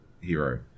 hero